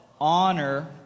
Honor